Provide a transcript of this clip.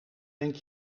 denk